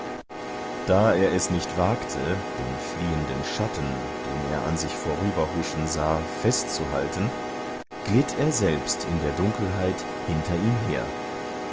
da er es nicht wagte den fliehenden schatten den er an sich vorüberhuschen sah festzuhalten glitt er selbst in der dunkelheit hinter ihm her